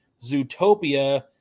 Zootopia